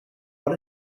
what